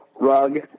rug